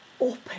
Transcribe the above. open